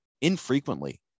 infrequently